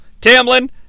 Tamlin